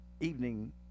evening